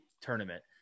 tournament